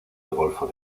golfo